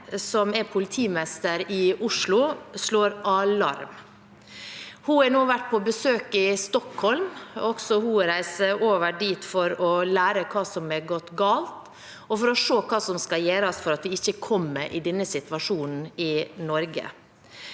politimester i Oslo, slår alarm. Hun har nå vært på besøk i Stockholm. Også hun reiser over dit for å lære hva som har gått galt, og for å se hva som kan gjøres for at vi ikke kommer i den situasjonen i Norge.